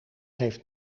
heeft